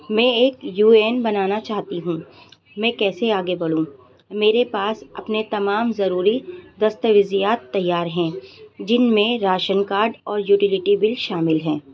میں ایک U A N بنانا چاہتی ہوں میں کیسے آگے بڑھوں میرے پاس اپنے تمام ضروری دستاویزات تیار ہیں جن میں راشن کارڈ اور یوٹیلیٹی بل شامل ہیں